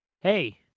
Hey